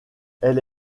elle